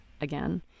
again